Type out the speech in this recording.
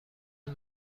اون